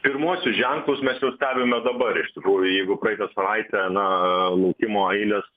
pirmuosius ženklus mes jau stebime dabar iš tikrųjų jeigu praeitą savaitę na laukimo eilės